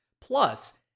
Plus